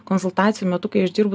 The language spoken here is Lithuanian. konsultacijų metu kai aš dirbu